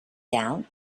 down